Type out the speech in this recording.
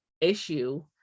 issue